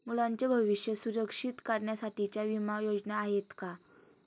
मुलांचे भविष्य सुरक्षित करण्यासाठीच्या विमा योजना आहेत का?